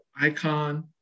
icon